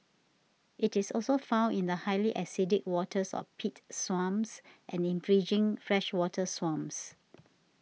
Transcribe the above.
it is also found in the highly acidic waters of peat swamps and in fringing freshwater swamps